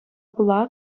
пула